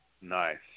Nice